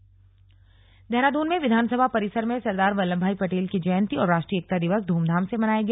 विधानसभा अध्यक्ष देहरादून में विधानसभा परिसर में सरदार वल्लभभाई पटेल की जयंती और राष्ट्रीय एकता दिवस ध्रमधाम से मनाया गया